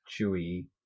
chewy